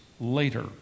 later